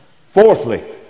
Fourthly